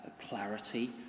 clarity